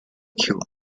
cube